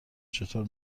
چطور